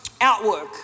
Outwork